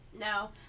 No